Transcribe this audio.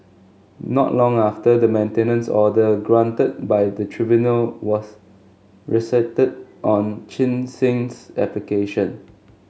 not long after the maintenance order granted by the tribunal was rescinded on Chin Sin's application